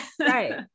Right